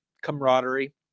camaraderie